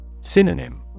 Synonym